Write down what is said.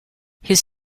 his